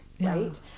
right